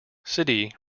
city